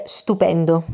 stupendo